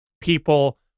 people